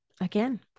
again